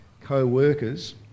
co-workers